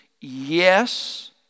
yes